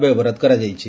ବ୍ୟୟବରାଦ କରାଯାଇଛି